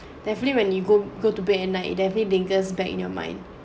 definitely when you go go to bed at night it every lingers back in your mind